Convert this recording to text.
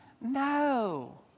No